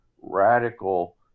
radical